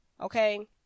okay